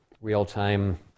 real-time